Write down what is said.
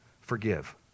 Forgive